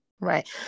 Right